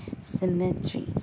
Symmetry